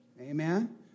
Amen